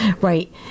right